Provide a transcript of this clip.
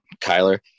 Kyler